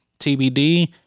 TBD